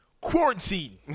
Quarantine